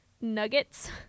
nuggets